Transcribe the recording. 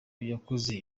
yakoze